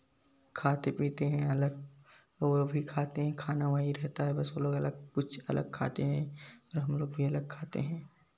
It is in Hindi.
खाते पीते हैं अलग और वे भी खाते हैं खाना वही रहता है बस वे लोग अलग कुछ अलग खाते हैं तो हम लोग भी अलग खाते हैं